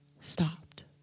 stopped